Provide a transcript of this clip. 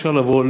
אפשר לבוא,